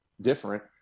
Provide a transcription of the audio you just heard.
different